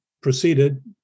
proceeded